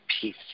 peace